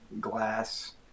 glass